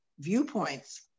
viewpoints